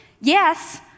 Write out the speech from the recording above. Yes